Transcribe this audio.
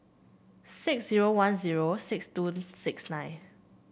six zero one zero six two six nine